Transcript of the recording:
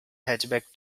hatchback